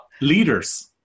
leaders